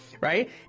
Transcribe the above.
right